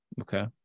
Okay